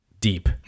deep